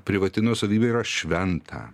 privati nuosavybė yra šventa